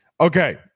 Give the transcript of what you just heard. Okay